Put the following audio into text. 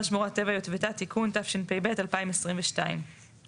אכרזה על שמורת טבע יטבתה (תיקון) התשפ”ב - 2022 בתוקף